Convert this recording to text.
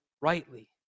rightly